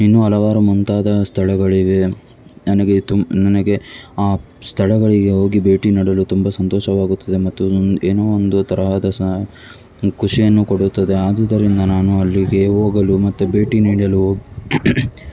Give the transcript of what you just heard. ಇನ್ನು ಹಲವಾರು ಮುಂತಾದ ಸ್ಥಳಗಳಿವೆ ನನಗೆ ತುಮ್ ನನಗೆ ಆ ಸ್ಥಳಗಳಿಗೆ ಹೋಗಿ ಭೇಟಿ ನೀಡಲು ತುಂಬ ಸಂತೋಷವಾಗುತ್ತದೆ ಮತ್ತು ಏನೋ ಒಂದು ತರಹದ ಸಹ ಖುಷಿಯನ್ನು ಕೊಡುತ್ತದೆ ಆದುದರಿಂದ ನಾನು ಅಲ್ಲಿಗ ಹೋಗಲು ಮತ್ತು ಭೇಟಿ ನೀಡಲು